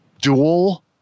Dual